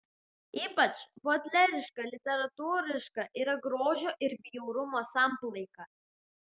ypač bodleriška literatūriška yra grožio ir bjaurumo samplaika